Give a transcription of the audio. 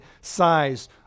size